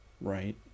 right